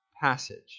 passage